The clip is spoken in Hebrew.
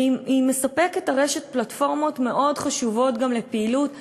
הרשת מספקת פלטפורמות מאוד חשובות גם לפעילות ציבורית,